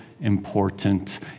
important